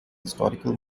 historical